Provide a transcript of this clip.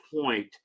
point